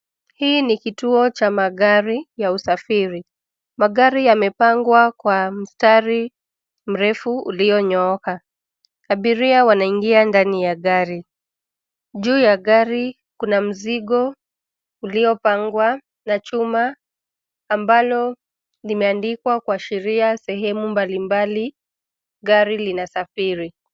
Hii ni kituo cha magari ya usafiri. Magari yamepangwa kwa mstari mrefu ulionyooka. Abiria wanaingia ndani ya gari. Juu ya gari kuna mzigo uliopangwa na chuma ambalo limeandikwa kuashiria sehemu mbali mbali gari linasafiri.